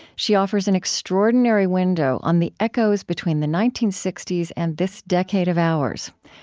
she offers an extraordinary window on the echoes between the nineteen sixty s and this decade of ours.